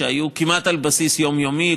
שהיו כמעט על בסיס יומיומי,